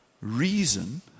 reason